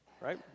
right